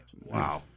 Wow